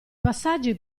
passaggi